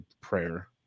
prayer